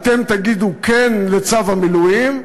אתם תגידו כן לצו המילואים,